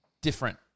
Different